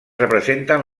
representen